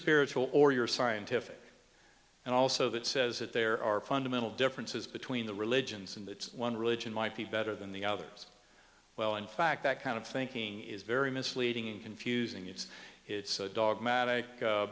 spiritual or your scientific and also that says that there are fundamental differences between the religions in that one religion might be better than the others well in fact that kind of thinking is very misleading and confusing it's a dogmatic